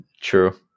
True